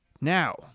Now